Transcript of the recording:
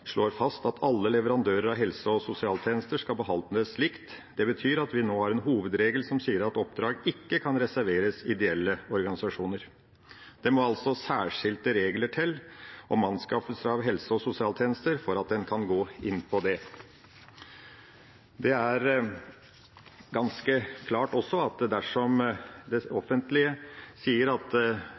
slår fast at alle leverandører av helse- og sosialtjenester skal behandles likt. Det betyr at vi nå har en hovedregel som sier at oppdrag ikke kan reserveres ideelle organisasjoner. Det må altså særskilte regler til om anskaffelse av helse- og sosialtjenester for at en kan gå inn på det. Det er også ganske klart at dersom det offentlige ved kontraktsinngåelse skal vektlegge at